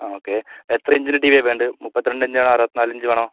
ആ ഓക്കേ എത്ര ഇഞ്ചിൻ്റെ ടിവിയാണ് വേണ്ടത് മുപ്പത്തി രണ്ടിഞ്ചാണോ അറുപത്തി നാലിഞ്ച് വേണോ